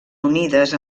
unides